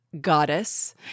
goddess